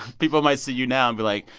people might see you now and be like,